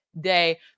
day